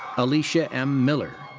alicia m. miller.